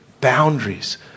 boundaries